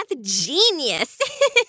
genius